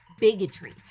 Bigotry